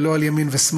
ולא על ימין ושמאל,